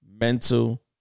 mental